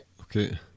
Okay